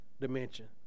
dimension